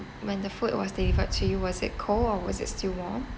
when the food was delivered to you was it cold or was it still warm